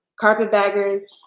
carpetbaggers